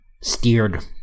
steered